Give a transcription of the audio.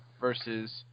versus